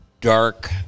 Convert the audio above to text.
dark